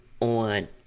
on